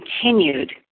continued